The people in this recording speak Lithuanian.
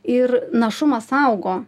ir našumas augo